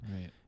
Right